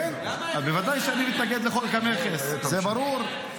כן, בוודאי שאני מתנגד לחוק המכס, זה ברור.